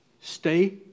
stay